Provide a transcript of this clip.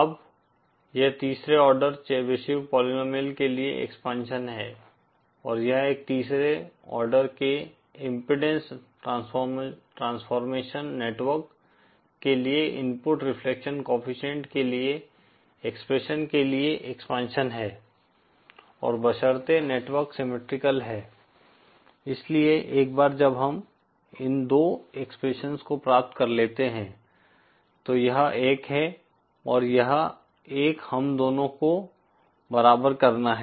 अब यह तीसरे आर्डर चैबीशेव पोलीनोमिअल के लिए एक्सपेंशन है और यह एक तीसरे आर्डर के इम्पीडेन्स ट्रांसफॉर्मेशन नेटवर्क के लिए इनपुट रिफ्लेक्शन कोएफ़िशिएंट के लिए एक्सप्रेशन के लिए एक्सपेंशन है और बशर्ते नेटवर्क सिमिट्रीकल है इसलिए एक बार जब हम इन दो एक्सप्रेशंस को प्राप्त कर लेते हैं तो यह एक है और यह एक हम दोनों को बराबर करना है